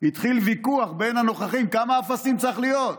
והתחיל ויכוח בין הנוכחים כמה אפסים צריכים להיות.